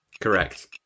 Correct